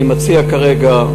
אני מציע כרגע,